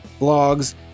blogs